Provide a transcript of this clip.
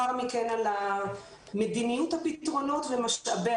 כבר למדיניות, שינינו את סדר העדיפויות.